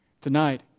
Tonight